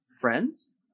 friends